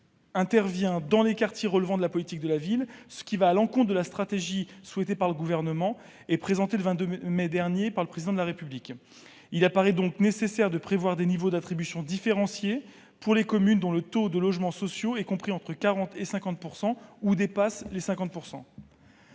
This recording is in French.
intervient dans des quartiers prioritaires de la politique de la ville, ce qui va à l'encontre de la stratégie souhaitée par le Gouvernement, qu'a présentée le 22 mai dernier le Président de la République. Il apparaît donc nécessaire de prévoir des niveaux d'attribution différenciés pour les communes dont le taux de logements sociaux est compris entre 40 % et 50 % ou dépasse les 50 %.